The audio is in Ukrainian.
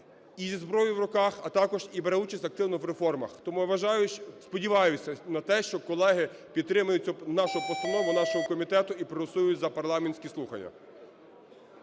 із зброєю в руках, а також і бере участь активну в реформах. Тому я вважаю, що, сподіваюся на те, що колеги підтримують цю нашу постанову нашого комітету і проголосують за парламентські слухання.